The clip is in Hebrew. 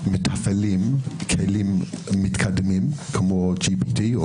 שמתפעלים כלים מתקדמים כמו GPT,